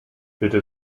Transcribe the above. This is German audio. bitte